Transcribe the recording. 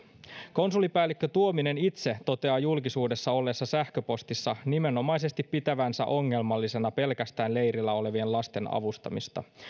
konsulipäällikkö tuominen itse toteaa julkisuudessa olleessa sähköpostissa nimenomaisesti pitävänsä ongelmallisena pelkästään leirillä olevien lasten avustamista